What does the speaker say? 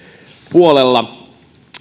puolella